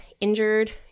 injured